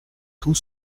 tout